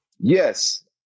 yes